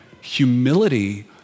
Humility